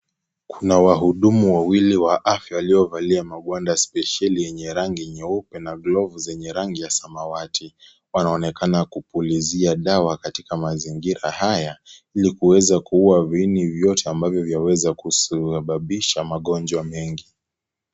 Kuna wahudumu wawili wa afya waliyovalia magwanda spesheli yenye rangi nyeupe na glovu zenye rangi ya samawati wanaonekana kuulizia dawa katika mazingira haya ili kuweza kuuwa viini vyote ambavyo vyawezakusabbisha magonjwa mengi.